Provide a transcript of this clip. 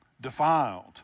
defiled